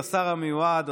השר המיועד,